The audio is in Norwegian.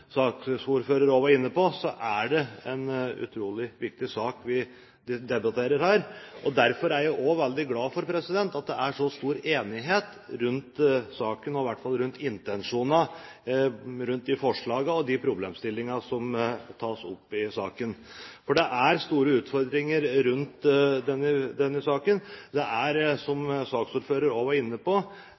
var inne på, er det en utrolig viktig sak vi debatterer her. Derfor er jeg også veldig glad for at det er så stor enighet om saken, i hvert fall når det gjelder intensjonene i de forslagene og de problemstillingene som tas opp i saken. Det er store utfordringer når det gjelder denne saken. Som saksordføreren også var inne på: